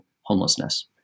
homelessness